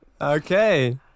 Okay